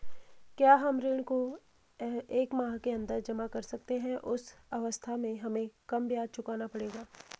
क्या हम ऋण को एक माह के अन्दर जमा कर सकते हैं उस अवस्था में हमें कम ब्याज चुकाना पड़ेगा?